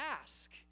ask